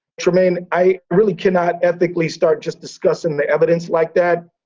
trymaine, i really cannot ethically start just discussing the evidence like that.